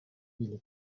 ili